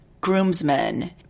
groomsmen